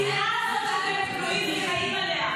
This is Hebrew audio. אבל השנאה הזאת שאתם בנויים וחיים עליה,